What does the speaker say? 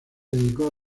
dedicó